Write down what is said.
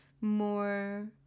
more